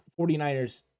49ers